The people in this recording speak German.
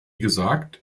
gesagt